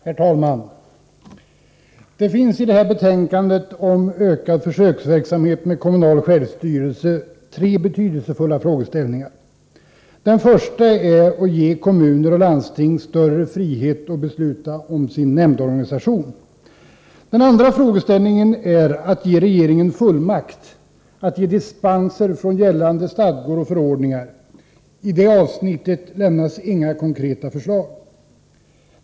Herr talman! Det finns i detta betänkande om ökad försöksverksamhet med kommunal självstyrelse tre betydelsefulla frågeställningar. Den första är att ge kommuner och landsting större frihet att besluta om sin nämndorganisation. Den andra frågeställningen är att ge regeringen fullmakt att ge dispenser från gällande stadgor och förordningar. I det avsnittet lämnas inga konkreta förslag.